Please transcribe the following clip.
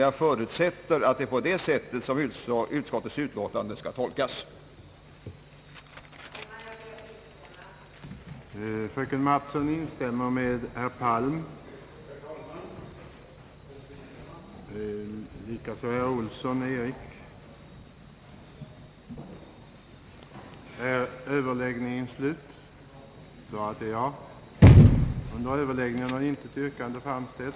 slag, som vidgade befogenheterna för samarbetsnämnderna i gymnasier, fackskolor och yrkesskolor, stipulerade ett högre minimiantal sammanträden än för närvarande per termin för samarbetsnämnderna samt gåve eleverna permanent representation i ämnesoch klasskonferenser i de gymnasiala skolorna, dels att Kungl. Maj:t måtte taga initiativ till organiserad försöksverksamhet på grundskolans högstadium med samarbetsnämnder samt med eleyvrepresentation i klassoch ämneskonferenser.